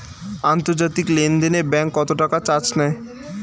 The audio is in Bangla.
আন্তর্জাতিক লেনদেনে ব্যাংক কত টাকা চার্জ নেয়?